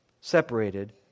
separated